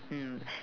mm